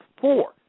four